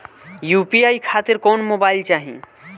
UPI खातिर कौन mobile चाहीं?